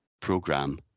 program